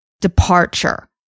departure